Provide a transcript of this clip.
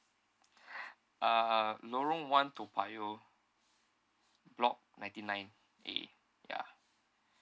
uh lorong one toa payoh block ninety nine A ya